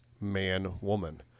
man-woman